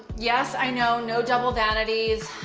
yes, i know. no double vanities.